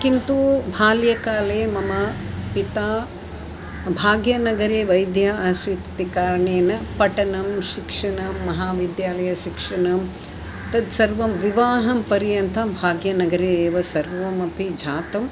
किन्तु बाल्यकाले मम पिता भाग्यनगरे वैद्यः आसीत् इति कारणेन पठनं शिक्षणं महाविद्यालयशिक्षणं तत् सर्वं विवाहपर्यन्तं भाग्यनगरे एव सर्वम् अपि जातम्